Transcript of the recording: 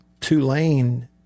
Tulane